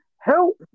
Help